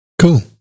Cool